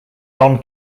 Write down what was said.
don